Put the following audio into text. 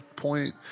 point